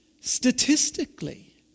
statistically